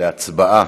להצבעה